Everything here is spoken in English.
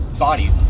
bodies